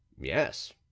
Yes